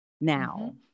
now